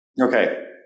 okay